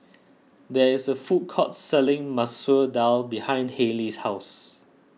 there is a food court selling Masoor Dal behind Hailie's house